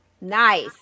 Nice